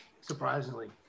surprisingly